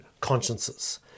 consciences